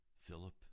Philip